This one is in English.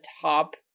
top